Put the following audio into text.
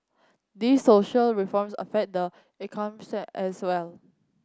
these social reforms affect the say as so as